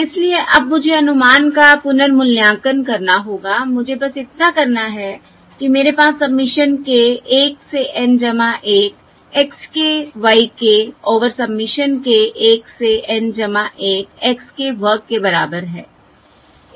और इसलिए अब मुझे अनुमान का पुनर्मूल्यांकन करना होगा मुझे बस इतना करना है कि मेरे पास सबमिशन k 1 से N 1 x k y k over submission k 1 से N 1 x k वर्ग के बराबर है